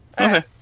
Okay